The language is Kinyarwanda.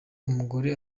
umugore